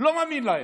לא מאמין להם.